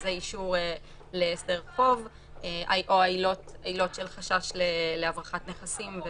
שזה אישור להסדר חוב או העילות של חשש להברחת נכסים,